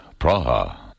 Praha